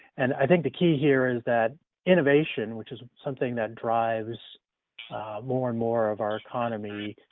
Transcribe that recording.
and i think the key here is that innovation which is something that drives more and more of our economy,